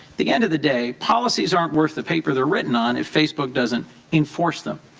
the end of the day, policies aren't worth the paper they're written on if facebook doesn't enforce them.